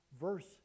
verse